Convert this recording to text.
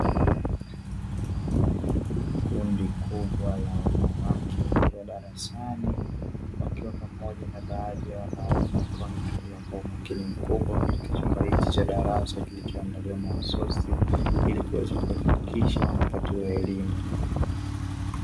Kundi kubwa la wanawake wakiwa darasani wakiwa pamoja na baadhi ya wanaume wakawa wametulia kwa umakini mkubwa, katika chumba hiki cha darasa kilichoandaliwa mahususi ili kuweza kuhakikisha wanapatiwa elimu.